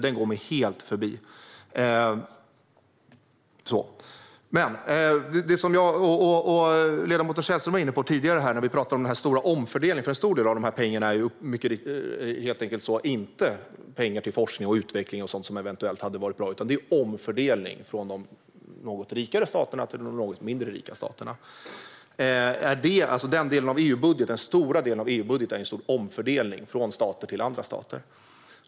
Den går mig helt förbi. Ledamoten Källström var tidigare inne på den stora omfördelningen. En stor del av pengarna går inte till forskning och utveckling och sådant som eventuellt hade varit bra, utan det är fråga om omfördelning från de något rikare staterna till de något mindre rika staterna. Den stora delen av EU-budgeten är en stor omfördelning från stater till andra stater.